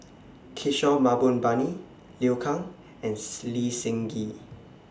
Kishore Mahbubani Liu Kang and Lee Seng Gee